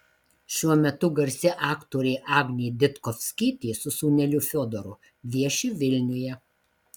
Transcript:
šiuo metu garsi aktorė agnė ditkovskytė su sūneliu fiodoru vieši vilniuje